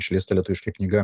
išleista lietuviška knyga